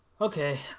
Okay